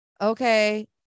okay